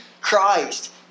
Christ